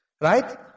Right